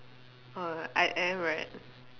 uh I am right